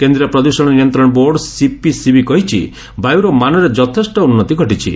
କେନ୍ଦ୍ରୀୟ ପ୍ରଦୂଷଣ ନିୟନ୍ତ୍ରଣ ବୋର୍ଡ ସିପିସିବି କହିଛି ବାୟୁର ମାନରେ ଯଥେଷ୍ଟ ଉନ୍ନତି ଘଟିଛି